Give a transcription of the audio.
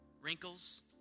Wrinkles